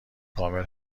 کامل